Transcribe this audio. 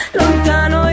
lontano